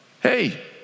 Hey